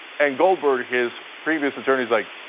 and goldberg, his previous attorney, is like,